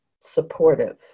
supportive